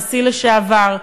נשיא לשעבר,